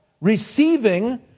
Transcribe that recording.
Receiving